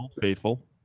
faithful